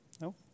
No